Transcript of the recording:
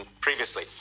previously